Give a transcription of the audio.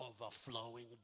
Overflowing